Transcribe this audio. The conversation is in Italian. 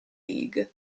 league